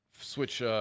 Switch